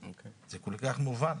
זה כל כך מובן.